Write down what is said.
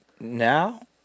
now